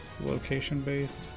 location-based